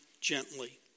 gently